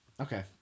Okay